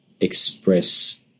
express